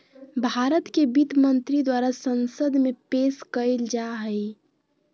भारत के वित्त मंत्री द्वारा संसद में पेश कइल जा हइ